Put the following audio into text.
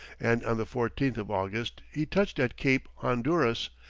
and on the fourteenth of august he touched at cape honduras,